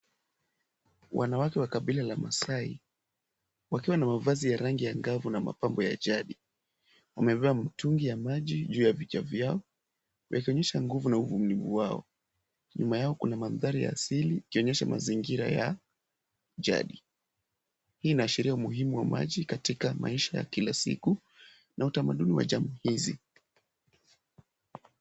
Wanawake wa kabila la wamasai wakiwa na mavazi ya rangi ya angavu na mapambo ya hadi. Wamebeba mitungi ya maji juu ya vichwa vyao wakionyesha nguvu na uvumilivu. nyuma yao kuna mandhari ya asili ikionyesha mazingira ya jadi. Hii inaashiria umuhimu wa maji katika maisha ya kila siku